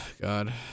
God